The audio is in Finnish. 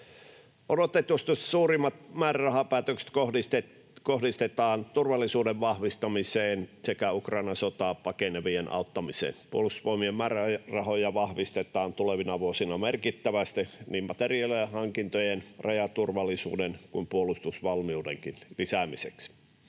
Odotetusti suurimmat määrärahapäätökset kohdistetaan turvallisuuden vahvistamiseen sekä Ukrainan sotaa pakenevien auttamiseen. Puolustusvoimien määrärahoja vahvistetaan tulevina vuosina merkittävästi niin materiaalihankintojen, rajaturvallisuuden kuin puolustusvalmiudenkin lisäämiseksi.